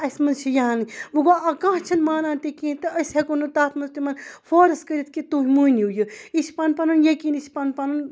اَسہِ منٛزچھِ یہِ ہان وۄنۍ گوٚو اَکھ کانٛہہ چھِنہٕ مانان تہِ کِہیٖنۍ تہٕ أسۍ ہٮ۪کو نہٕ تَتھ منٛز تِمَن فورٕس کٔرِتھ کہِ تُہۍ مٲنِو یہِ یہِ چھِ پَنُن پَنُن یقیٖن یہِ چھِ پَنُن پَنُن